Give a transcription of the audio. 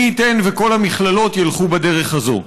מי ייתן וכל המכללות ילכו בדרך הזו.